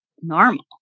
normal